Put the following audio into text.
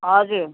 हजुर